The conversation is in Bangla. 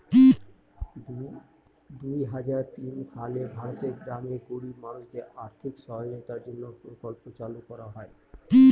দুই হাজার তিন সালে ভারতের গ্রামের গরিব মানুষদের আর্থিক সহায়তার জন্য প্রকল্প চালু করা হয়